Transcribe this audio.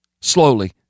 Slowly